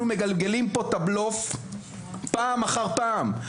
אנחנו מגלגלים פה את הבלוף פעם אחר פעם.